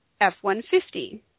F-150